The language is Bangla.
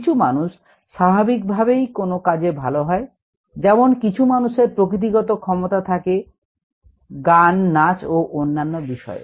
কিছু মানুষ স্বাভাবিকভাবেই কোন কাজে ভালো হয় যেমন কিছু মানুষের প্রকৃতিগত ক্ষমতা থাকে গান নাচ ও অন্যান্য বিষয়ে